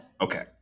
Okay